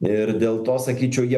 ir dėl to sakyčiau jie